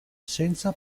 senza